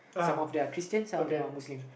some of them are Christians some of them are Muslims